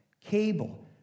Cable